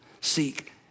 seek